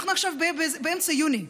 אנחנו עכשיו באמצע יוני,